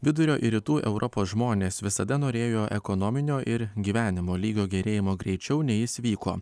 vidurio ir rytų europos žmonės visada norėjo ekonominio ir gyvenimo lygio gerėjimo greičiau nei jis vyko